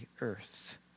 earth